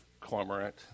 cormorant